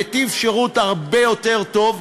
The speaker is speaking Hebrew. לשירות הרבה יותר טוב,